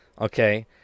okay